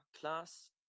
class